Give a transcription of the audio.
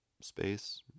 space